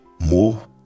more